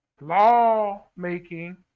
Lawmaking